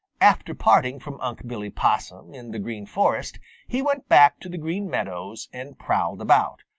after parting from unc' billy possum in the green forest he went back to the green meadows and prowled about,